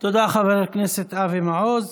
תודה רבה, חבר הכנסת אבי מעוז.